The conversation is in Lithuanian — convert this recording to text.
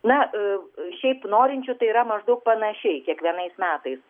na šiaip norinčių tai yra maždaug panašiai kiekvienais metais